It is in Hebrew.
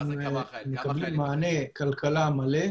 הם מקבלים מענה כלכלה מלא.